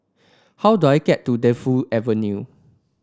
how do I get to Defu Avenue